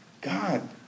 God